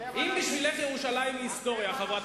אתם שבויים בהיסטוריה.